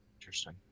Interesting